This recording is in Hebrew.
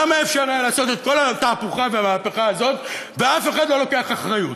למה אפשר היה לעשות את כל התהפוכה והמהפכה הזאת ואף אחד לא לוקח אחריות?